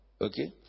Okay